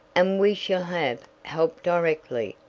and we shall have help directly,